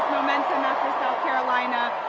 momentum from south carolina,